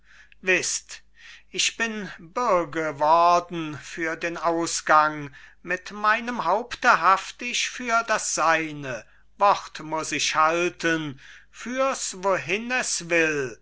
wißt ich bin bürge worden für den ausgang mit meinem haupte haft ich für das seine wort muß ich halten führs wohin es will